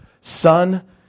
son